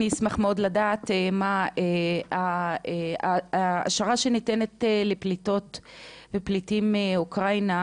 אני אשמח מאוד לדעת לגבי האשרה שניתנת לפליטות ופליטים מאוקראינה,